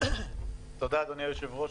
אדוני היושב-ראש,